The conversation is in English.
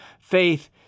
Faith